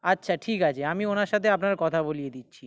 আচ্ছা ঠিক আছে আমি ওঁর সাথে আপনার কথা বলিয়ে দিচ্ছি